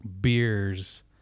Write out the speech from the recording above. beers